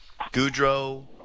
Goudreau